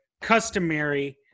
customary